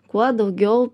kuo daugiau